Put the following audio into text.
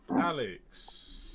Alex